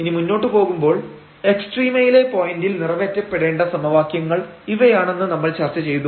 ഇനി മുന്നോട്ടു പോവുമ്പോൾ എക്സ്ട്രീമയിലെ പോയന്റിൽ നിറവേറ്റപ്പെടേണ്ട സമവാക്യങ്ങൾ ഇവയാണെന്ന് നമ്മൾ ചർച്ച ചെയ്തു